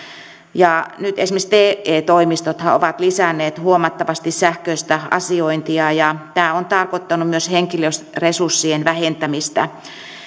ja nyt esimerkiksi te toimistothan ovat lisänneet huomattavasti sähköistä asiointia ja tämä on tarkoittanut myös henkilöresurssien vähentämistä